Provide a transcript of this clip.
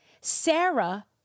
Sarah